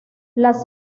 las